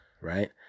Right